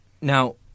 Now